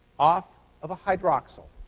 off of a hydroxyl.